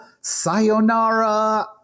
Sayonara